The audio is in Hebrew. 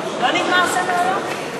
מקרקעין (שבח ורכישה) (תיקון מס' 75 והוראת שעה),